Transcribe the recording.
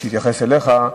שהתייחס אליך.